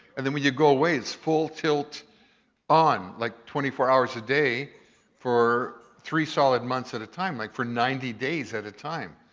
and then when you'd go away it's full tilt on, like twenty four hours a day for three solid months at a time like for ninety days at a time.